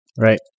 Right